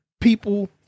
people